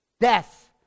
Death